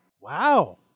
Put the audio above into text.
Wow